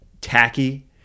tacky